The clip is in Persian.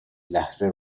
لحظه